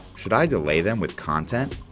should i delay them with content?